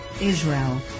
Israel